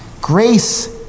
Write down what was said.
grace